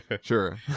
sure